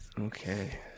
Okay